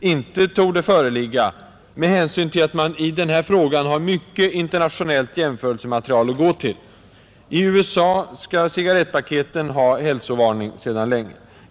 inte torde föreligga med hänsyn till att man i den frågan har mycket internationellt jämförelsematerial att gå till. I USA skall cigarrettpaketen sedan länge ha hälsovarning.